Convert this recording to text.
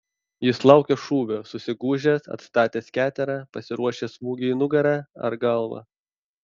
jis laukia šūvio susigūžęs atstatęs keterą pasiruošęs smūgiui į nugarą ar galvą